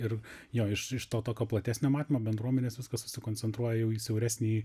ir jo iš iš to tokio platesnio matymo bendruomenės viskas susikoncentruoja jau į siauresnį